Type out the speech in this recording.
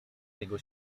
jego